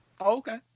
Okay